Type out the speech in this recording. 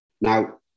Now